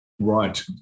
Right